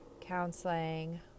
counseling